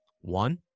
one